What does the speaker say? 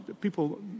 people